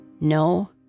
No